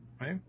Right